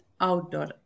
outdoor